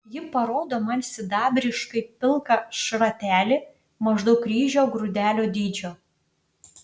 ji parodo man sidabriškai pilką šratelį maždaug ryžio grūdelio dydžio